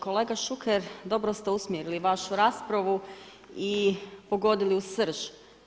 Kolega Šuker dobro ste usmjerili vašu raspravu i pogodili u srž.